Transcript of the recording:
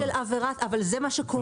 אבל זה מה שקורה.